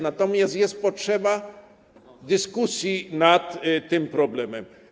Natomiast jest potrzeba dyskusji nad tym problemem.